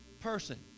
person